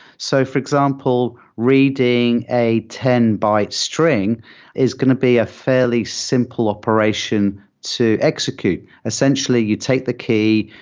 so for example, reading a ten byte string is going to be a fairly simple operation to execute. essentially, you take the key,